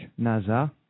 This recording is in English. NASA